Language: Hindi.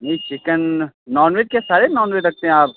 जी चिकन नॉन वेज क्या सारे नॉन वेज रखतें आप